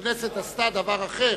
הכנסת עשתה דבר אחר,